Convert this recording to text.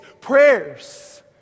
prayers